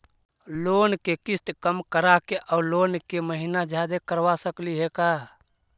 Loan के किस्त कम कराके औ लोन के महिना जादे करबा सकली हे का?